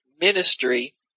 ministry